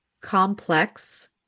complex